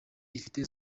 ifite